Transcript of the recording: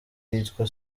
yitwa